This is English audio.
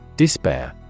Despair